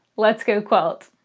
let's go quilt!